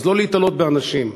אז לא להיתלות באנשים.